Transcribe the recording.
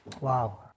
Wow